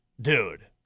dude